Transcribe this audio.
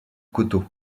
coteau